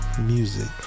music